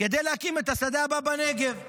כדי להקים את השדה הבא בנגב.